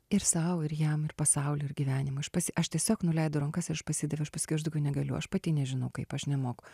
ir sau ir jam ir pasauliui ir gyvenimui aš pasi aš tiesiog nuleidau rankas aš pasidaviau aš pasakiau aš daugiau negaliu aš pati nežinau kaip aš nemoku